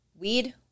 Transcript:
weed